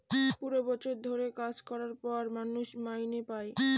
পুরো বছর ধরে কাজ করার পর মানুষ মাইনে পাই